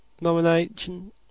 nomination